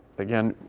again,